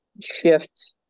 shift